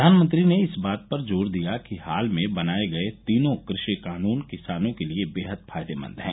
प्रधानमंत्री ने इस बात पर जोर दिया कि हाल में बनाये गए तीनों कृषि कानून किसानों के लिए बेहद फायदेमंद हैं